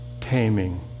taming